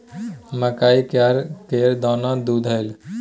मकइ केर दाना दुधेलौ?